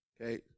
Okay